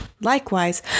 Likewise